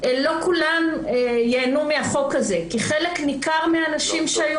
לא כולן ייהנו מהחוק הזה כי חלק ניכר מהנשים שהיו